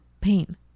pain